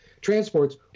transports